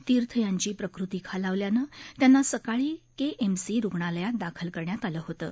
तीर्थ यांची प्रकृती खालावल्यानं त्यांना सकाळी के एम सी रुग्णालयात दाखल करण्यात आलं होतं